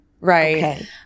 right